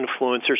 influencer's